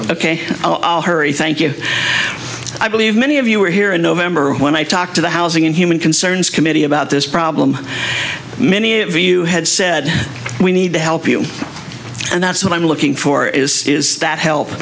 ok i'll hurry thank you i believe many of you were here in november when i talked to the housing and human concerns committee about this problem many of you had said we need to help you and that's what i'm looking for is is that help